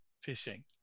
fishing